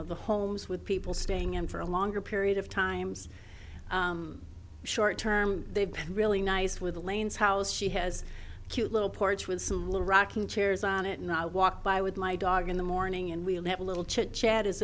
of the homes with people staying in for a longer period of times short term they've been really nice with the lanes house she has a cute little porch with some little rocking chairs on it and i walk by with my dog in the morning and we'll have a little chit chat